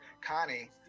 Connie